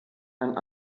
ein